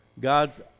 God's